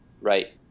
right